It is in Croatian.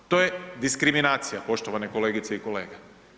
To je diskriminacija, poštovane kolegice i kolege.